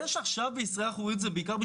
זה שאנחנו רואים את זה עכשיו בישראל בעיקר בשליחים,